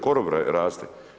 Korov raste.